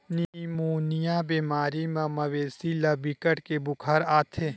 pneumonia बेमारी म मवेशी ल बिकट के बुखार आथे